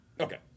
Okay